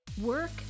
Work